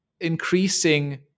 increasing